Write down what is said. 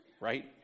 right